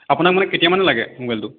আপোনাক মানে কেতিয়া মানে লাগে ম'বাইলটো